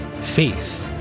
faith